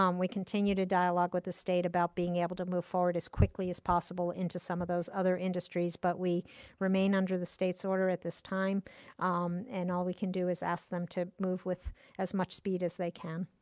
um we continue to dialogue with the state about being able to move forward as quickly as possible into some of those other industries but we remain under the state's order at this time and all we can do is ask them to move with as much speed as they can.